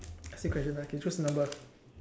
ask you question okay choose a number